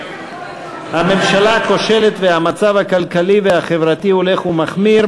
הממשלה הכושלת והמצב הכלכלי והחברתי הולך ומחמיר,